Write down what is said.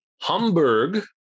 Hamburg